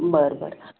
बरं बरं